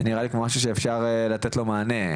זה נראה כמו משהו שאפשר לתת לו מענה,